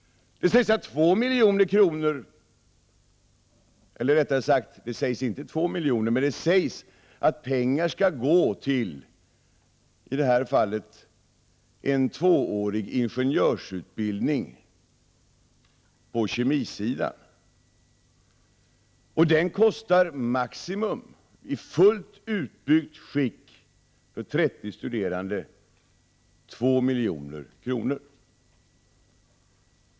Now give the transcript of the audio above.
Det sägs att pengar skall gå till en, i det här fallet tvåårig, ingenjörsutbildning på kemisidan. Den utbildningen kostar maximalt i fullt utbyggt skick för 30 studerande 2 milj.kr.